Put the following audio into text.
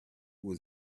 was